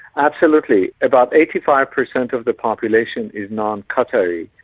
absolutely. about eighty five per cent of the population is non-qatari.